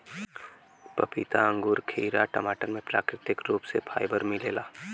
पपीता अंगूर खीरा टमाटर में प्राकृतिक रूप से फाइबर मिलेला